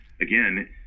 again